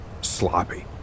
Sloppy